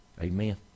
amen